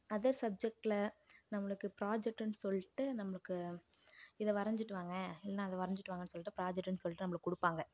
other சப்ஜெக்டில் நம்மளுக்கு பிராஜெக்ட்டுன்னு சொல்லிட்டு நம்மளுக்கு இதை வரைஞ்சிட்டு வாங்க இல்லைன்னா அதை வரைஞ்சிட்டு வாங்கன்னு சொல்லிட்டு பிராஜெக்ட்டுன்னு சொல்லிட்டு நம்மளுக்கு கொடுப்பாங்க